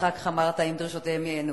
אחר כך אמרת "אם דרישותיהם ייענו".